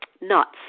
nuts